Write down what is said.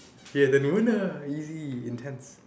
ya the easy intense